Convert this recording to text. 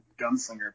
gunslinger